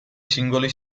singoli